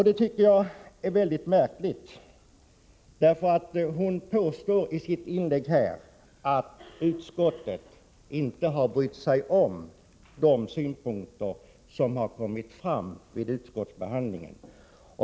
Det tycker jag är mycket märkligt, för hon påstår i sitt inlägg att utskottet inte har brytt sig om de synpunkter som har kommit fram vid utskottsbehandlingen.